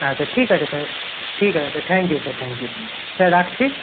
আচ্ছা ঠিক আছে স্যার ঠিক আছে sir thank you sir thank you sir রাখছি